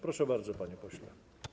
Proszę bardzo, panie pośle.